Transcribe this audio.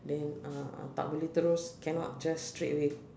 then uh uh tak boleh terus cannot just straightaway